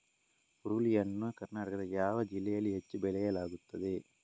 ಹುರುಳಿ ಯನ್ನು ಕರ್ನಾಟಕದ ಯಾವ ಜಿಲ್ಲೆಯಲ್ಲಿ ಹೆಚ್ಚು ಬೆಳೆಯಲಾಗುತ್ತದೆ?